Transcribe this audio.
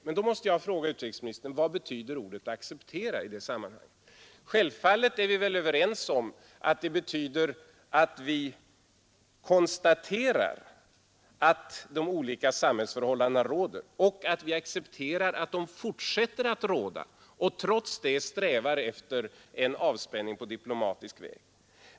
Men då måste jag fråga utrikesministern: Vad betyder ordet ”acceptera” i det här sammanhanget? Självfallet är vi väl överens om att det betyder att vi konstaterar att olika samhällsförhållanden råder och att vi accepterar att de fortsätter att råda och ändå trots det strävar efter en avspänning på diplomatisk väg.